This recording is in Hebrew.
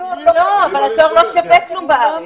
אבל התואר בארץ לא שווה כלום.